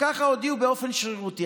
וככה הודיעו באופן שרירותי.